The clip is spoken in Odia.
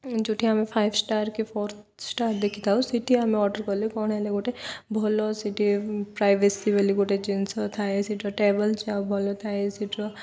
ଯେଉଁଠି ଆମେ ଫାଇଭ୍ ଷ୍ଟାର୍ କି ଫୋର୍ ଷ୍ଟାର୍ ଦେଖିଥାଉ ସେଠି ଆମେ ଅର୍ଡ଼ର୍ କଲେ କ'ଣ ହେଲେ ଗୋଟେ ଭଲ ସେଠିର ପ୍ରାଇଭେସି ବୋଲି ଗୋଟେ ଜିନିଷ ଥାଏ ସେଠିର ଟେବଲ୍ ଆଉ ଭଲ ଥାଏ ସେଠିର